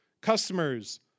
customers